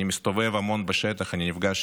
אני מסתובב המון בשטח, אני נפגש